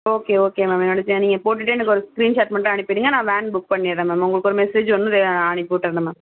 okay okay ma'am என்னோடதுக்கு நீங்கள் போட்டுவிட்டு எனக்கு ஒரு ஸ்க்ரீன்ஷாட் மட்டும் அனுப்பிவிடுங்க நான் வேன் புக் பண்ணிடறேன் மேம் உங்களுக்கு ஒரு மெஸேஜ் ஒன்று அனுப்பி விட்டுறேன் மேம்